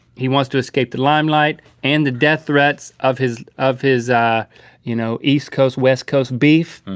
he wants to escape the limelight. and the death threats of his of his you know east coast west coast beef.